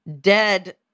dead